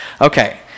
Okay